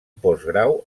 postgrau